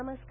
नमस्कार